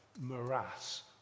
morass